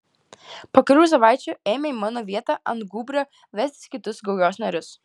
po kelių savaičių ėmė į mano vietą ant gūbrio vestis kitus gaujos narius